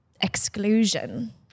exclusion